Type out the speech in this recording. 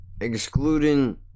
excluding